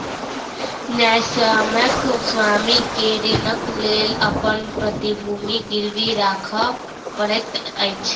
न्यायसम्यक स्वामी के ऋणक लेल अपन प्रतिभूति गिरवी राखअ पड़ैत अछि